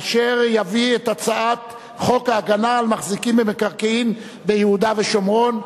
אשר יביא את הצעת חוק ההגנה על מחזיקים במקרקעין ביהודה ושומרון.